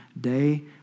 day